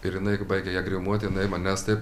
ir jinai baigė ją grimuot jinai manęs taip